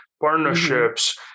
partnerships